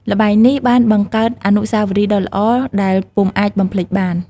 ល្បែងនេះបានបង្កើតអនុស្សាវរីយ៍ដ៏ល្អដែលពុំអាចបំភ្លេចបាន។